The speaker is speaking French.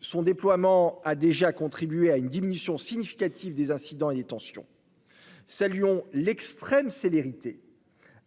Son déploiement a déjà contribué à une diminution significative des incidents et des tensions. Saluons l'extrême célérité